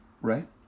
right